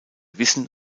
wissen